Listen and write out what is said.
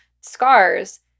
scars